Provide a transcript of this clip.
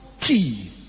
key